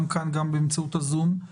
גם כאן וגם באמצעות הזום.